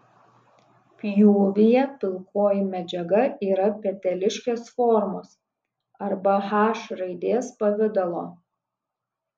pjūvyje pilkoji medžiaga yra peteliškės formos arba h raidės pavidalo